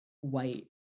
white